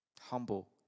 Humble